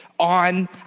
on